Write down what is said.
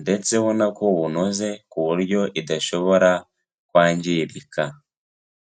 ndetse ubona ko bunoze ku buryo idashobora kwangirika.